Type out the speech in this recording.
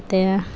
ಮತ್ತು